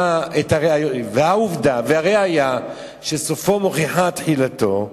והעובדה, והראיה, שסופו מוכיח על תחילתו,